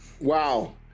Wow